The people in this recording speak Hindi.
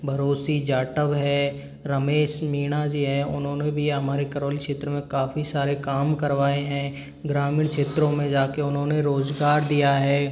भरोसी जाटव है रमेश मीणा जी हैं उन्होंने भी हमारे करौली क्षेत्र में काफ़ी सारे काम करवाए हैं ग्रामीण क्षेत्रों में जाके उन्होंने रोज़गार दिया है